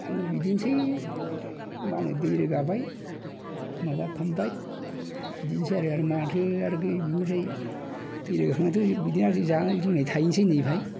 आंबो बिदिनोसै मा होनो दै रोगाबाय माबा खालामबाय बिदिनोसै आरो माथो आरो बे बेनिफ्राय दै दैखांनाथ' बिदिनो आरो जानाय लोंनाय थायोसै बिनिफ्राय